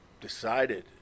decided